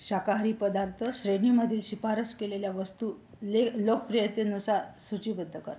शाकाहारी पदार्थ श्रेणीमधील शिफारस केलेल्या वस्तू ले लोकप्रियतेनुसार सूचीबद्ध करा